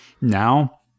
now